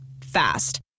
Fast